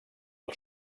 del